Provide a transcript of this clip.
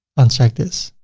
uncheck this.